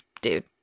dude